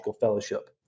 fellowship